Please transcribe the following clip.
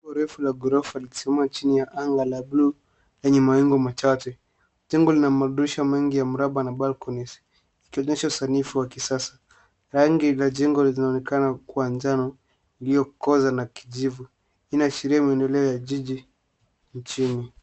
Refu la ghorofa limesimama chini ya anga la buluu enye mawingu machache jengo lina madirisha mengi ya mraba na balconies ikionyesha usanifu wa kisasa rangi la jengo linaonekana kuwa njano iliyokoza na kijivu hii inaashiria maendeleo ya jiji nchini